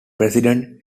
president